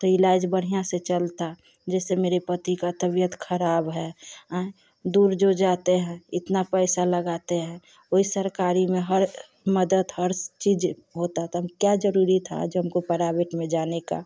तो इलाज बढ़िया से चलता जैसे मेरे पति का तबियत खराब है आँय दूर जो जाते हैं इतना पैसा लगाते हैं ओई सरकारी में हर मदद हर चीज़ होता ता क्या ज़रूरी था आज हमको परावेट में जाने का